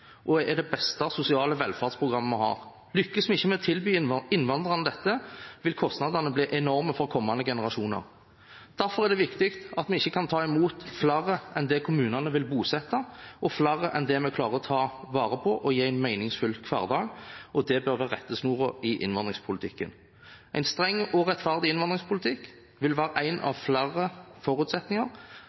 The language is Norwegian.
og er det beste sosiale velferdsprogrammet vi har. Lykkes vi ikke med å tilby innvandrerne dette, vil kostnadene bli enorme for kommende generasjoner. Derfor er det viktig at vi ikke tar imot flere enn kommunene vil bosette, og flere enn dem vi klarer å ta vare på og gi en meningsfull hverdag. Det bør være rettesnoren i innvandringspolitikken. En streng og rettferdig innvandringspolitikk vil være én av flere forutsetninger